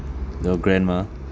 your grandma